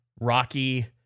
Rocky